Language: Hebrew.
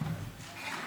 חג